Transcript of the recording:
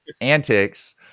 antics